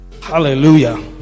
Hallelujah